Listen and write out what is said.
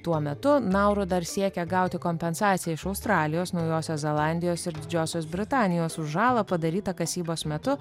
tuo metu nauru dar siekė gauti kompensaciją iš australijos naujosios zelandijos ir didžiosios britanijos už žalą padarytą kasybos metu